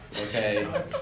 okay